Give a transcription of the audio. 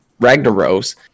Ragnaros